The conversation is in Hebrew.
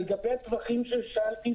לגבי הטווחים ששאלת,